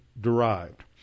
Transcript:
derived